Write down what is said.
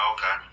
Okay